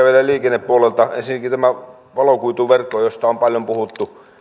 vielä liikennepuolelta ensinnäkin tämä valokuituverkko josta on paljon puhuttu